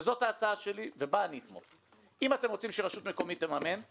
וזאת ההצעה שלי ובה אני אתמוך: אם אתם רוצים שרשות מקומית תממן אז